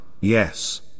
Yes